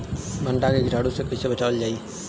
भनटा मे कीटाणु से कईसे बचावल जाई?